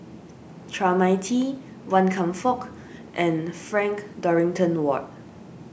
Chua Mia Tee Wan Kam Fook and Frank Dorrington Ward